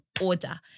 order